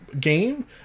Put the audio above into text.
game